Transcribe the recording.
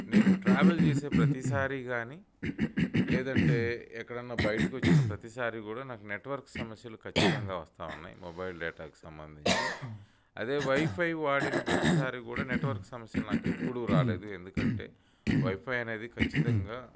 నేను ట్రావెల్ చేసే ప్రతిసారి కాని లేదంటే ఎక్కడన్నా బయటికి వచ్చిన ప్రతిసారి కూడా నాకు నెట్వర్క్ సమస్యలు కచ్చితంగా వస్తా ఉన్నాయి మొబైల్ డేటాకి సంబంధించి అదే వైఫై వాడిన ప్రతిసారీ కూడా నెట్వర్క్ సమస్యలు నాకు ఎప్పుడు రాలేదు ఎందుకంటే వైఫై అనేది కచ్చితంగా